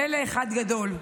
פלא אחד גדול,